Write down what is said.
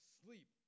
sleep